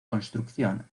construcción